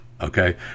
okay